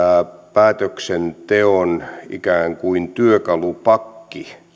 päätöksenteon ikään kuin työkalupakki